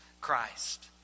Christ